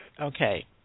Okay